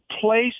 place